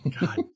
god